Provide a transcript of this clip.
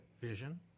vision